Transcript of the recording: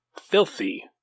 Filthy